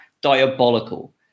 diabolical